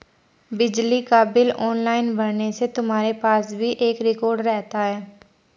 बिजली का bill online भरने से तुम्हारे पास भी एक रिकॉर्ड रहता है